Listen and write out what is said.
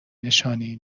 نشانی